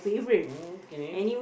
okay